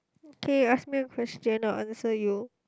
okay you ask me one question I will answer you